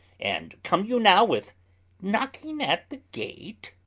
and come you now with knocking at the gate?